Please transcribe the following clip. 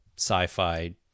sci-fi